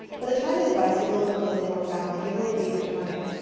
but the time his bicycle and clothing were found. the giver would be returning.